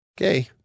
Okay